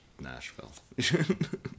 Nashville